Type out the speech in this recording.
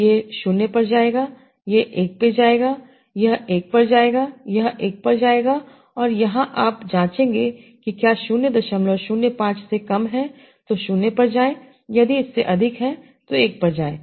यह 0 पर जाएगा यह 1 पर जाएगा यह 1 पर जाएगा यह 1 पर जाएगा और यहाँ आप जाँचेंगे कि क्या 005 से कम है तो 0 पर जाएँ यदि इससे अधिक है तो 1 पर जाएँ